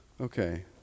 Okay